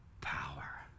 power